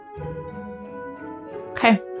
okay